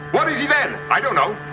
what is he then? i don't know.